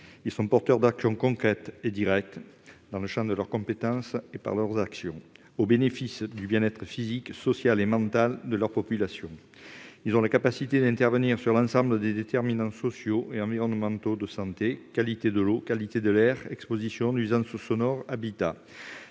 Ils sont porteurs d'actions concrètes et directes, dans le champ de leurs compétences et par leurs actions, au bénéfice du bien-être physique, social et mental de leurs populations. Ils sont en mesure d'intervenir sur l'ensemble des déterminants sociaux et environnementaux de santé- qualité de l'eau, qualité de l'air, expositions, nuisances sonores, habitat.